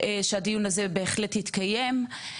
שהדיון הזה בהחלט יתקיים.